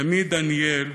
ימית דניאל,